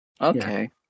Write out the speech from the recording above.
Okay